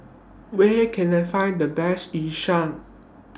Where Can I Find The Best Yu Sheng